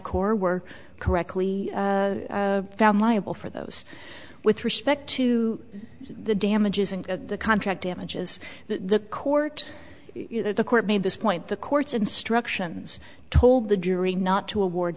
corps were correctly found liable for those with respect to the damages and the contract damages the court the court made this point the court's instructions told the jury not to award